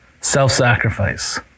self-sacrifice